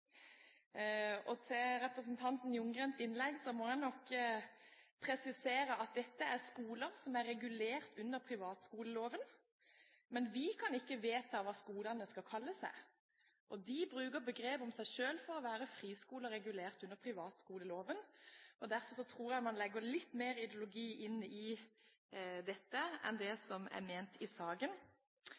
Til representanten Ljunggrens innlegg må jeg nok presisere at dette er skoler som er regulert under privatskoleloven, men vi kan ikke vedta hva skolene skal kalle seg. Selv bruker de begrep som friskoler regulert under privatskoleloven. Derfor tror jeg man legger litt mer ideologi inn i dette enn det som er ment i saken.